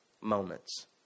moments